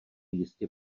jistě